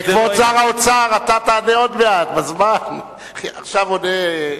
יש להם הרבה זכויות.